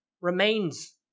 Remains